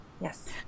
yes